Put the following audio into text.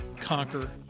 conquer